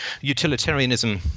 utilitarianism